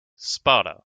sparta